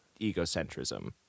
egocentrism